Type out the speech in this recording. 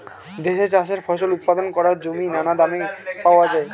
দেশে চাষের ফসল উৎপাদন করার জমি নানা দামে পাওয়া যায়